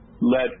let